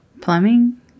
Plumbing